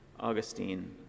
Augustine